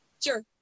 Sure